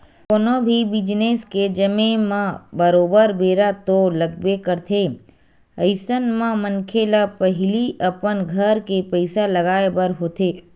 कोनो भी बिजनेस के जमें म बरोबर बेरा तो लगबे करथे अइसन म मनखे ल पहिली अपन घर के पइसा लगाय बर होथे